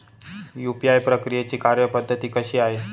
UPI प्रक्रियेची कार्यपद्धती कशी आहे?